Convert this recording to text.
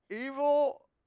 evil